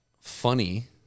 funny